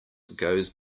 goes